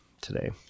today